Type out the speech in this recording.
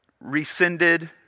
rescinded